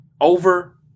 over